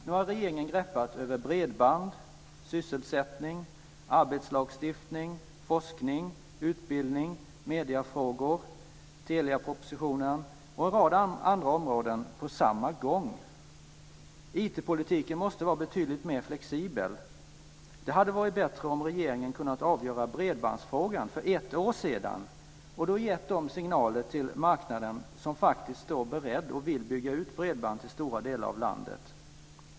Nu har regeringen greppat över bredband, sysselsättning, arbetslagstiftning, forskning, utbildning, mediefrågor, Teliapropositionen och en rad andra områden på samma gång. IT politiken måste vara betydligt mer flexibel. Det hade varit bättre om regeringen hade kunnat avgöra bredbandsfrågan för ett år sedan och då gett de signaler till marknaden - som faktiskt står beredd och vill bygga ut bredband till stora delar av landet.